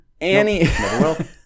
Annie